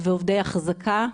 ועובדי אחזקה,